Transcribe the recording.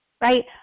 right